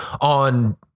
on